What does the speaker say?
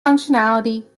functionality